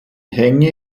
hänge